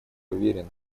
уверен